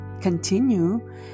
continue